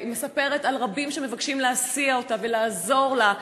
והיא מספרת על רבים שמבקשים להסיע אותה ולעזור לה.